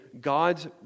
God's